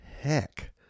heck